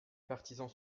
partisans